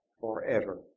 forever